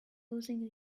losing